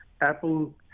Apple